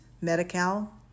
Medi-Cal